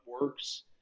works